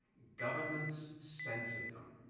governments censored them,